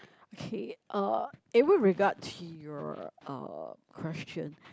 okay uh it will regard to your uh question